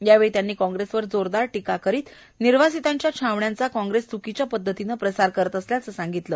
यावेळी त्यांनी काँग्रेसवर जोरवार टीका करित निर्वासितांच्या छवण्यांचा काँग्रेस चुकीच्या पद्धतीनं प्रसार करत असल्याचं सांगितलं